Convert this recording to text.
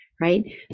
right